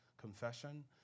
confession